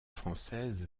française